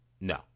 No